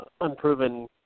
unproven